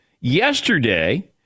yesterday